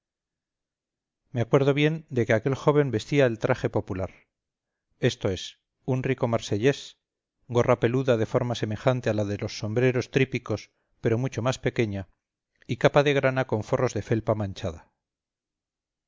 me acuerdo bien de que aquel joven vestía el traje popular esto es un rico marsellés gorra peluda de forma semejante a la de los sombreros tripicos pero mucho más pequeña y capa de grana con forros de felpa manchada